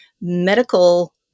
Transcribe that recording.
medical